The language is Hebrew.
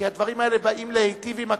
כי הדברים האלה באים להיטיב עם הכנסת.